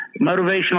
motivational